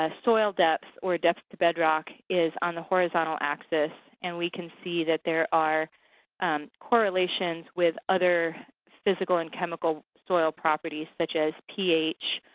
soil depths or depth to bedrock is on the horizontal axis. and we can see that there are correlations with other physical and chemical soil properties, such as ph,